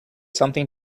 something